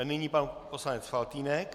Nyní pan poslanec Faltýnek.